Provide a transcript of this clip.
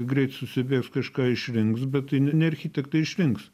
greit susibėgs kažką išrinks bet tai ne architektai išrinks